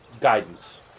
Guidance